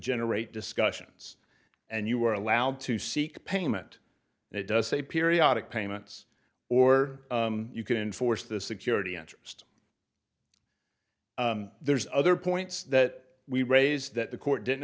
generate discussions and you are allowed to seek payment and it does say periodic payments or you can force the security interest there's other points that we raised that the court didn't